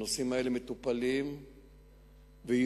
הנושאים האלה מטופלים ויטופלו,